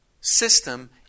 system